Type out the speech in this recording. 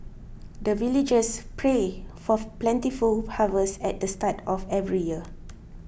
the villagers pray for plentiful harvest at the start of every year